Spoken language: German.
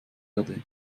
erde